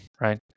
right